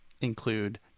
include